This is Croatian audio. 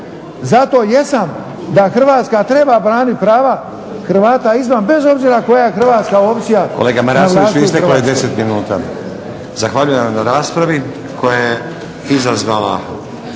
Zato jesam da Hrvatska treba braniti prava Hrvata izvan bez obzira koja je hrvatska opcija